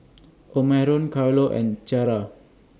Omarion Carlo and Ciarra